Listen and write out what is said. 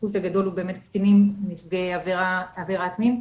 האחוז הגדול הוא באמת קטינים נפגעי עבירת מין,